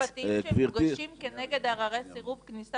ההליכים המשפטיים שמוגשים כנגד סירובי כניסה